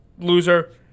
loser